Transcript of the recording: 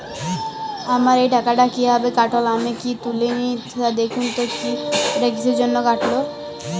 আমার এই টাকাটা কীভাবে কাটল আমি তো তুলিনি স্যার দেখুন তো এটা কিসের জন্য কাটল?